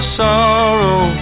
sorrow